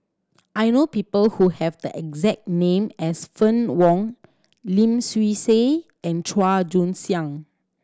I know people who have the exact name as Fann Wong Lim Swee Say and Chua Joon Siang